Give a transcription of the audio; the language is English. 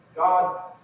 God